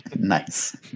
Nice